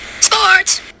Sports